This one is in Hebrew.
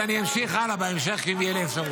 אז אני אמשיך הלאה בהמשך, אם תהיה לי אפשרות.